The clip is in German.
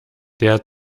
der